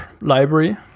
library